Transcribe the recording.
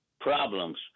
problems